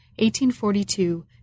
1842